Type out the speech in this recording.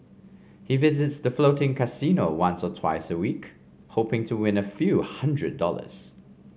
he visits the floating casino once or twice a week hoping to win a few hundred dollars